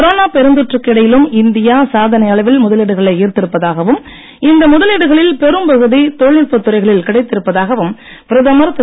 corona பெருந்தொற்றுக்கு இடையிலும் India சாதனை அளவில் முதலீடுகளை ஈர்த்திருப்பதாகவும் இந்த முதலீடுகளில் பெரும் பகுதி தொழில்நுட்பத் துறைகளில் கிடைத்து இருப்பதாகவும் பிரதமர் திரு